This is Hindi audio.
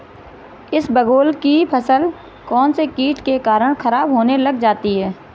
इसबगोल की फसल कौनसे कीट के कारण खराब होने लग जाती है?